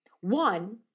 One